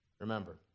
remember